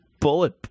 bullet